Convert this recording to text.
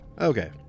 okay